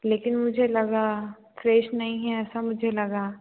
लेकिन मुझे लगा फ़्रेश नहीं है ऐसा मुझे लगा